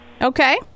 Okay